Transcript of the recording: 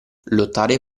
lottare